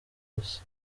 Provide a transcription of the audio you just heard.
gusa